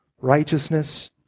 righteousness